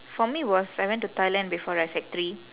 for me was I went to thailand before right sec three